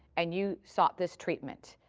and you sought this treatment,